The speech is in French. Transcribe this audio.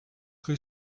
rue